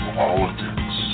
politics